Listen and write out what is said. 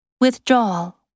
Withdrawal